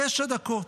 תשע דקות.